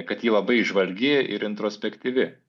kad ji labai įžvalgi ir introspektyvi